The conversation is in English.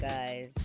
Guys